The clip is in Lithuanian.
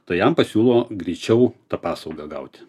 tai jam pasiūlo greičiau tą paslaugą gauti